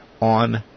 on